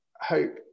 hope